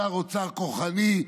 שר האוצר כוחני.